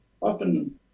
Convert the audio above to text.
Often